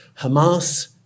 Hamas